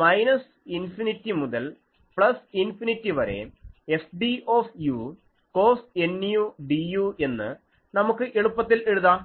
minus infinity മുതൽ plus infinity വരെ Fd cos nu du എന്ന് നമുക്ക് എളുപ്പത്തിൽ എഴുതാം